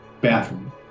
bathroom